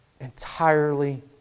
entirely